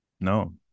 no